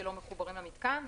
שלא מחוברים למיתקן גז,